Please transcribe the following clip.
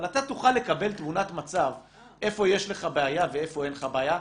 אבל אתה תוכל לקבל תמונת מצב איפה יש לך בעיה ואיפה אין לך בעיה,